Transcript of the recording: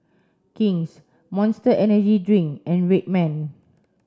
King's Monster Energy Drink and Red Man